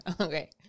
Okay